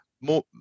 more